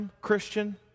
Christian